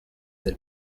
del